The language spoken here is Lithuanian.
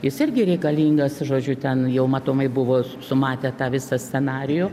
jis irgi reikalingas žodžiu ten jau matomai buvo sumatę tą visą scenarijų